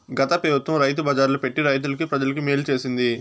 గత పెబుత్వం రైతు బజార్లు పెట్టి రైతులకి, ప్రజలకి మేలు చేసింది